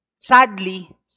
Sadly